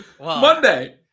Monday